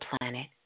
planet